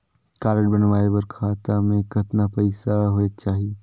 Card बनवाय बर खाता मे कतना पईसा होएक चाही?